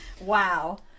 Wow